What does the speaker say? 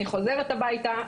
אני חוזרת הביתה,